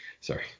Sorry